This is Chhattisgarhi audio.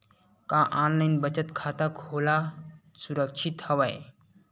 का ऑनलाइन बचत खाता खोला सुरक्षित हवय?